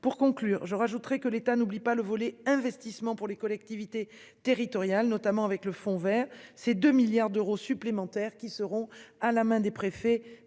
pour conclure je rajouterai que l'État n'oublie pas le volet investissement pour les collectivités territoriales, notamment avec le Fonds Vert. Ces 2 milliards d'euros supplémentaires qui seront à la main des préfets